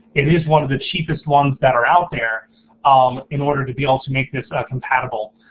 it is one of the cheapest ones that are out there um in order to be able to make this ah compatible.